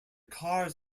cars